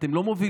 אתם לא מובילים.